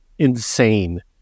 insane